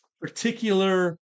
particular